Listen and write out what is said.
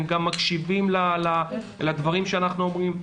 הם גם מקשיבים לדברים שאנחנו אומרים.